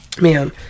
Man